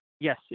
yes